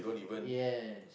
yes